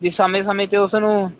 ਵੀ ਸਮੇਂ ਸਮੇਂ 'ਤੇ ਉਸ ਨੂੰ ਵੀ